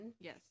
Yes